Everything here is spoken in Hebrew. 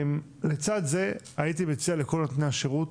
לצד זה הייתי מציע לכל נותני השירות